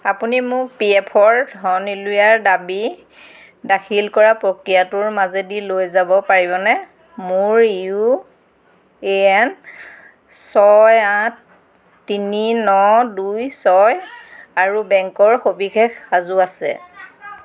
আপুনি মোক P F ৰ ধন উলিওৱাৰ দাবী দাখিল কৰা প্ৰক্ৰিয়াটোৰ মাজেদি লৈ যাব পাৰিবনে মোৰ ইউ এ এন ছয় আঠ তিনি ন দুই ছয় আৰু বেংকৰ সবিশেষ সাজু আছে